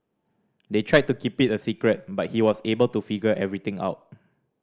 they tried to keep it a secret but he was able to figure everything out